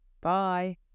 Bye